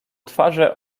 twarze